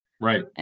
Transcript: Right